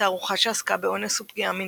תערוכה שעסקה באונס ופגיעה מינית,